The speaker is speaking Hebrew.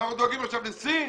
אנחנו דואגים עכשיו לסין?